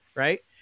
Right